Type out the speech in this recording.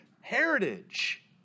heritage